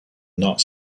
not